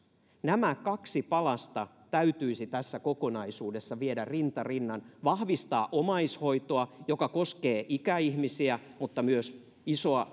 nämä kaksi palasta täytyisi tässä kokonaisuudessa viedä rinta rinnan vahvistaa omaishoitoa joka koskee ikäihmisiä mutta myös isoa